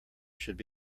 should